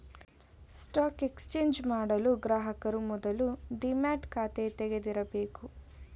stock exchange ಮಾಡಲು ಗ್ರಾಹಕರು ಮೊದಲು ಡಿಮ್ಯಾಟ್ ಖಾತೆ ತೆಗಿದಿರಬೇಕು